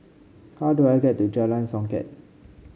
how do I get to Jalan Songket